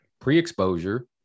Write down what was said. pre-exposure